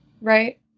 right